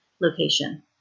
location